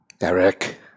Eric